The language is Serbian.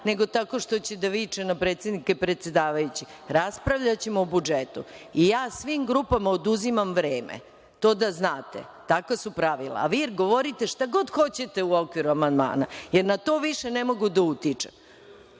nego tako što će da viče na predsednika i predsedavajućeg, raspravljaćemo o budžetu. I, ja svim grupama oduzimam vreme, to da znate, takva su pravila, a vi govorite šta god hoćete u okviru amandmana, jer na to više ne mogu da utičem.